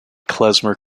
klezmer